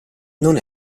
non